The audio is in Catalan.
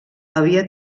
havia